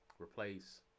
replace